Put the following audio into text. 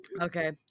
Okay